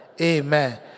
amen